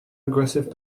aggressive